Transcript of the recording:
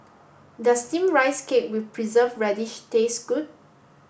does steamed rice cake with preserved radish taste good